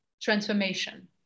transformation